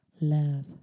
love